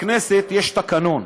בכנסת יש תקנון,